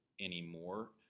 anymore